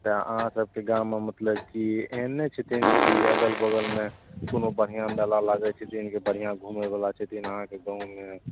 तऽ अहाँ सबके गाममे मतलब की एहन नहि छथिन की अगल बगलमे कोनो बढ़िआँ मेला लागय छथिन की बढ़िआँ घुमैबला छथिन अहाँके गाँवमे